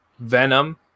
Venom